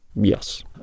Yes